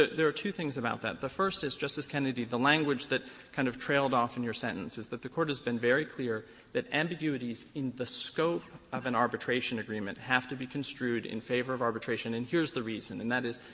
there are two things about that. the first is, justice kennedy, the language that kind of trailed off in your sentence is that the court has been very clear that ambiguities in the scope of an arbitration agreement have to be construed in favor of arbitration, and here's the reason. and that is,